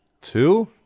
Two